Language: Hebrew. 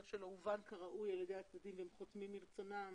שלו הובן כראוי על ידי הצדדים והם חותמים מרצונם.